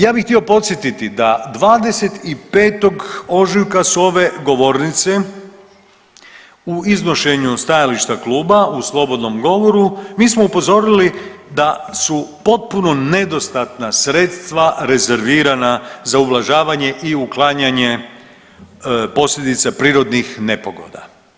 Ja bih htio podsjetiti da 25. ožujka sa ove govornice u iznošenju stajališta kluba u slobodnom govoru mi smo upozorili da su potpuno nedostatna sredstva rezervirana za ublažavanje i uklanjanje posljedica prirodnih nepogoda.